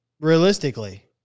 realistically